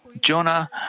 Jonah